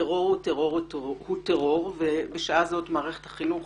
טרור הוא טרור הוא טרור ובשעה זאת מערכת החינוך